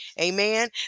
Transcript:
Amen